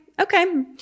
okay